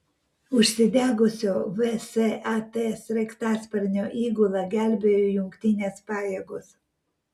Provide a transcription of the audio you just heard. užsidegusio vsat sraigtasparnio įgulą gelbėjo jungtinės pajėgos